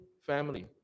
family